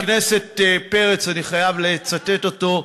אמר לי חבר הכנסת פרץ, ואני חייב לצטט אותו: